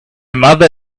mother